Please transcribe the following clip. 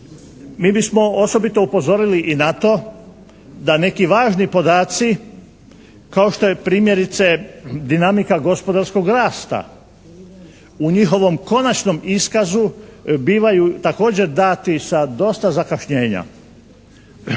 Mi bismo osobito upozorili i na to da neki važni podaci kao što je primjerice dinamika gospodarskog rasta u njihovom konačnom iskazu bivaju također dati sa dosta zakašnjenja.